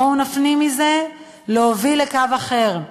בואו נפנים מזה להוביל לקו אחר,